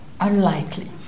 unlikely